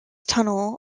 tunnel